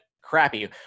crappy